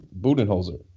Budenholzer